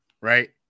right